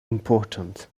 important